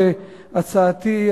הצעתי,